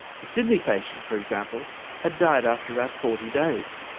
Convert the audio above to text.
the sydney patient, for example had died after about forty days,